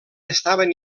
estaven